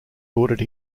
ordered